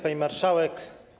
Pani Marszałek!